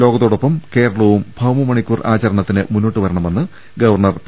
ലോകത്തോടൊപ്പം കേരളവും ഭൌമമണിക്കൂർ ആചരണത്തിന് മുന്നോട്ടു വരണമെന്ന് ഗവർണർ പി